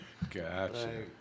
Gotcha